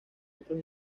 otros